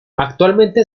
actualmente